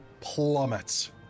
plummets